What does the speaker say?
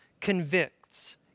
convicts